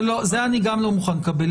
זה אני גם לא מוכן לקבל,